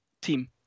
team